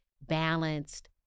balanced